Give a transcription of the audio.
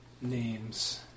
names